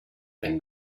den